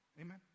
amen